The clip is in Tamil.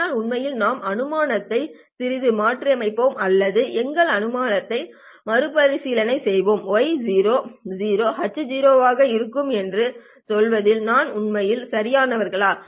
ஆனால் உண்மையில் நம் அனுமானத்தை சிறிது மாற்றியமைப்போம் அல்லது எங்கள் அனுமானத்தை மறுபரிசீலனை செய்வோம் y x h ஆக இருக்கும் என்று சொல்வதில் நாம் உண்மையில் சரியானவர்களா